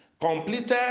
completed